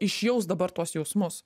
išjaust dabar tuos jausmus